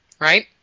Right